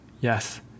Yes